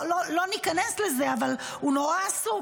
לא ניכנס לזה, אבל הוא נורא עסוק,